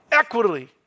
Equally